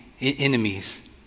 enemies